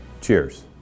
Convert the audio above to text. Cheers